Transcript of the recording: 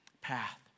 path